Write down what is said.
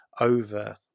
over